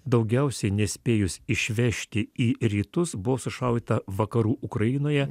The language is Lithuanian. daugiausiai nespėjus išvežti į rytus buvo sušaudyta vakarų ukrainoje